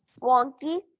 wonky